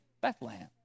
Bethlehem